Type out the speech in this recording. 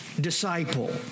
disciple